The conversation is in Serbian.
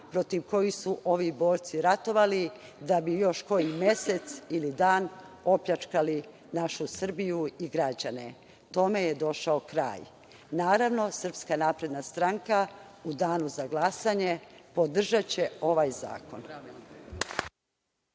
protiv kojih su ovi borci ratovali, da bi još koji mesec ili dan opljačkali našu Srbiju i građane. Tome je došao kraj. Naravno, SNS u danu za glasanje podržaće ovaj zakon.